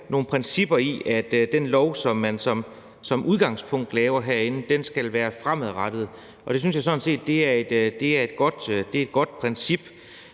nogle principper i, at den lovgivning, som man laver herinde, som udgangspunkt skal være fremadrettet. Og det synes jeg sådan set er et godt princip,